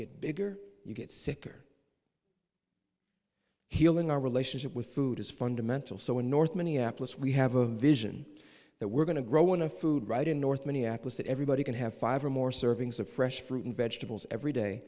get bigger you get sicker healing our relationship with food is fundamental so in north minneapolis we have a vision that we're going to grow one of food right in north minneapolis that everybody can have five or more servings of fresh fruit and vegetables every day